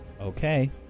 Okay